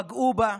פגעו בה,